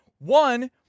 One